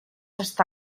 està